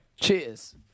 Cheers